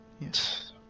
Yes